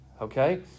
Okay